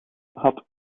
had